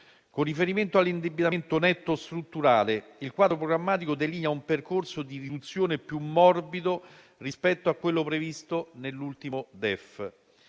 Con riferimento all'indebitamento netto strutturale, il quadro programmatico delinea un percorso di riduzione più morbido rispetto a quello previsto nell'ultimo DEF.